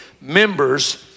members